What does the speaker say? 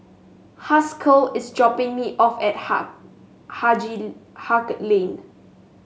Haskell is dropping me off at Ha Haig Lane